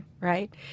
right